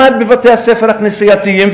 למד בבתי-הספר הכנסייתיים,